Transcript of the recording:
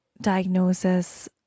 diagnosis